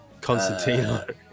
Constantino